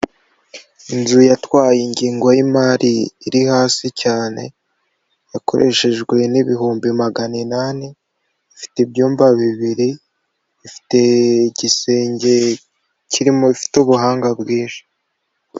Inzu yatwaye ingengo y'imari iri hasi cyane yakoreshejwe n'ibihumbi maganinani, ifite ibyumba bibiri, ibifite igisenge kirimo ifite ubuhanga bwishi.